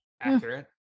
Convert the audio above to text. accurate